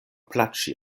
plaĉi